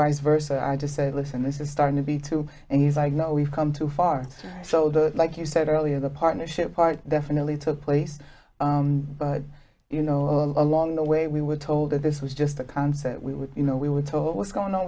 vice versa i just said listen this is starting to be true and he's like no we've come too far so the like you said earlier the partnership part definitely took place but you know along the way we were told that this was just a concept we would you know we would talk what's going on